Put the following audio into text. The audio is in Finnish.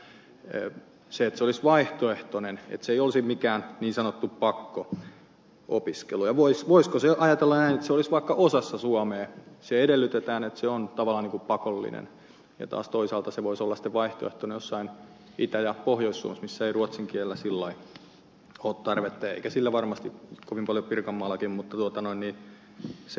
se olisi vaihtoehtoinen se ei olisi mikään niin sanottu pakko opiskelu ja voisiko ajatella näin että vaikka osassa suomea edellytetään että se on tavallaan pakollinen ja taas toisaalta se voisi olla vaihtoehtona jossakin itä ja pohjois suomessa missä ei ruotsin kielellä sillä lailla ole tarvetta eikä sillä varmasti ole kovin paljon pirkanmaallakaan